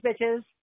Bitches